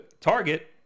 target